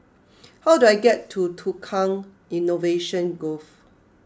how do I get to Tukang Innovation Grove